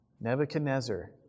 Nebuchadnezzar